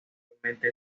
actualmente